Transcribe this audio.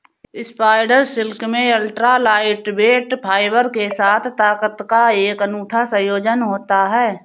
spider silk में ultra lightweight fibre के साथ ताकत का एक अनूठा संयोजन होता है